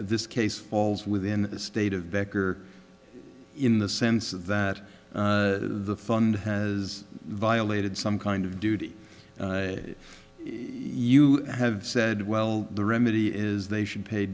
is case falls within the state of becker in the sense that the fund has violated some kind of duty you have said well the remedy is they should pay